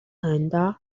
хойно